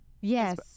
Yes